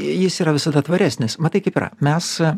jis yra visada tvaresnis matai kaip yra mes